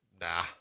nah